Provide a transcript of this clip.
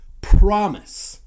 promise